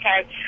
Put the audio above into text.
okay